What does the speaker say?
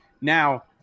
Now